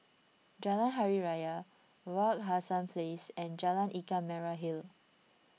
Jalan Hari Raya Wak Hassan Place and Jalan Ikan Merah Hill